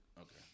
Okay